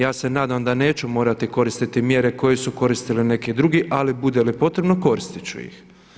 Ja se nadam da neću morati koristiti mjere koje su koristili neki drugi ali bude li potrebno koristit ću ih.